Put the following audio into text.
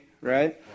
right